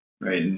right